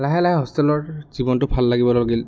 লাহে লাহে হোষ্টেলৰ জীৱনটো ভাল লাগিব লাগিল